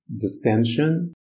dissension